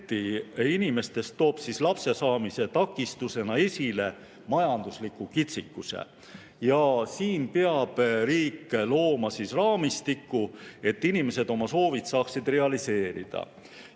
inimestest toob lapsesaamise takistusena esile majandusliku kitsikuse. Siin peab riik looma raamistiku, et inimesed saaksid oma soovid realiseerida.